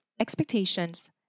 expectations